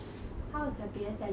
how is your P_S_L_E ah